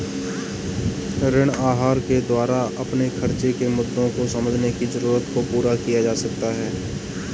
ऋण आहार के द्वारा अपने खर्चो के मुद्दों को समझने की जरूरत को पूरा किया जा सकता है